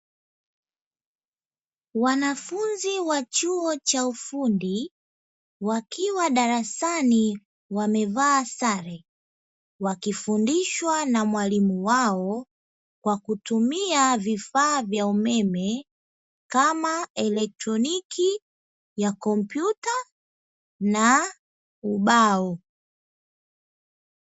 Wanafunzi wa chuo cha ufundi wakiwa darasani wamevaa sare, wakifundishwa na mwalimu wao kwa kutumia vifaa vya umeme, kama elektroniki ya kompyuta na ubao.